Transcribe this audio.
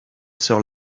sœur